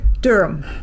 Durham